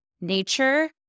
nature